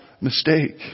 mistake